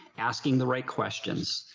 asking the right questions,